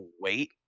wait